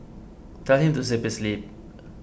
tell him to zip his lip